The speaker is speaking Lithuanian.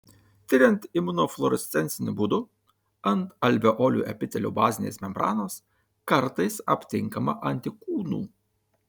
tiriant imunofluorescenciniu būdu ant alveolių epitelio bazinės membranos kartais aptinkama antikūnų